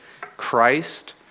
Christ